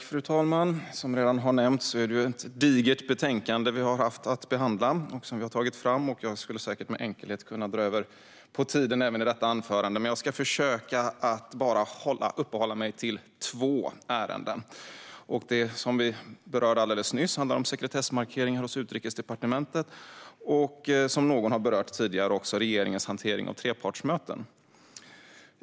Fru talman! Som redan har nämnts är det ett digert betänkande som vi har tagit fram och behandlat. Jag skulle säkert med enkelhet kunna överskrida min anmälda talartid även i detta anförande, men jag ska försöka att uppehålla mig vid bara två ärenden. Det handlar om det som vi berörde alldeles nyss, nämligen sekretessmarkeringar hos Utrikesdepartementet, och om det som någon har berört tidigare, det vill säga regeringens hantering av trepartsmöten.